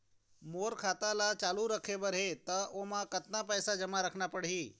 मोर खाता ला चालू रखे बर म कतका पैसा जमा रखना पड़ही?